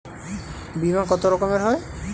বিমা কত রকমের হয়?